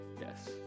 Yes